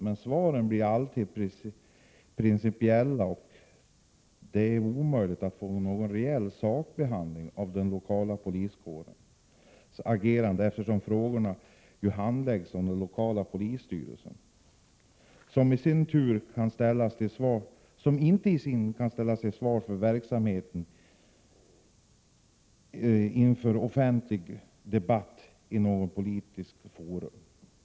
Men svaren blir alltid principiella, och det är omöjligt att få någon reell sakbehandling av en lokal poliskårs agerande, eftersom sådana frågor ju handläggs av den lokala polisstyrelsen, som i sin tur inte kan ställas till svars eller vars verksamhet inte offentligen kan debatteras i något politiskt forum.